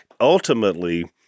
Ultimately